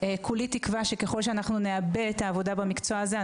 כולי תקווה שככל שאנחנו נעבה את העבודה במקצוע הזה,